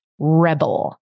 rebel